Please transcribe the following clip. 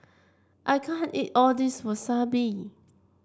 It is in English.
I can't eat all this Wasabi